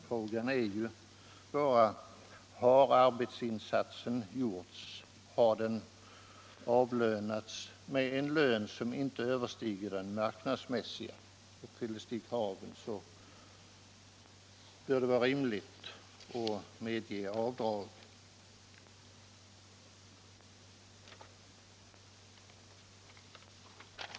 Det enda viktiga bör vara att arbetsinsatsen har gjorts och att den ersatts med en lön som inte överstiger den arbetsmarknadsmässiga. Uppfylls de villkoren bör det vara rimligt att medge avdrag.